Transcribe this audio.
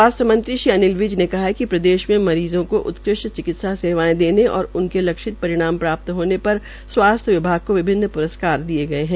स्वास्थ्य मंत्री श्री अनिल विज ने कहा है कि प्रदेश में मरीज़ों को उत्कृष्ट चिकित्सा सेवायें देने और उनके लक्षित परिणाम प्राप्त होने पर स्वास्थ्य विभाग को विभिन्न पुरस्कार दिये गये है